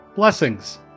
Blessings